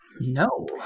No